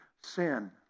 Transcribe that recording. sin